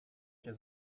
cię